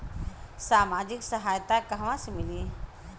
सामाजिक सहायता कहवा से मिली?